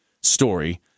story